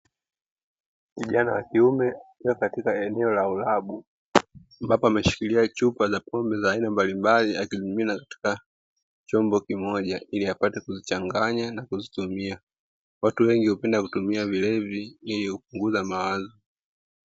Kijana wa kiume akiwa katika eneo la ulabu, ambapo ameshikilia chupa za pombe za aina mbalimbali akimimina katika chombo kimoja ili aweze kuzichanganya na kuzitumia. Watu wengi hupenda kutumia vilevi ili kupunguza mawazo.